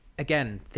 Again